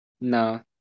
No